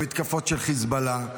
במתקפות של חיזבאללה,